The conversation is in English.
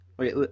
Wait